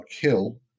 kill